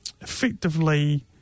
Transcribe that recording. effectively